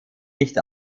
nicht